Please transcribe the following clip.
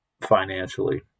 financially